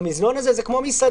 המזנון הזה הוא כמו מסעדה.